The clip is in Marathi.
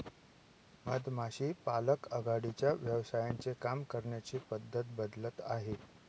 मधमाशी पालक आघाडीच्या व्यवसायांचे काम करण्याची पद्धत बदलत आहे